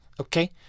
Okay